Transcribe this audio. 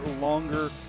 longer